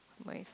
my